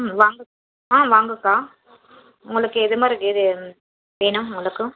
ம் வாங்க ஆ வாங்கக்கா உங்களுக்கு எது மாதிரி இது வேணும் உங்களுக்கு